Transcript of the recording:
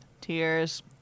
tears